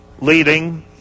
leading